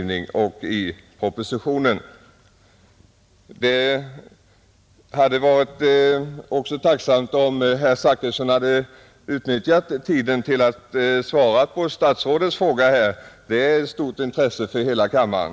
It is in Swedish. Ett annat starkt skäl som talar för större grupper är bristen på ledare vilket jag i mitt tidigare anförande redogjort för. Det hade varit tacknämligt om herr Zachrisson hade utnyttjat tiden med att svara på statsrådets fråga. Det hade varit av stort intresse för hela kammaren,